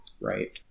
Right